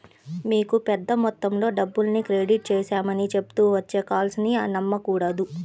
మీకు పెద్ద మొత్తంలో డబ్బుల్ని క్రెడిట్ చేశామని చెప్తూ వచ్చే కాల్స్ ని నమ్మకూడదు